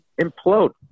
implode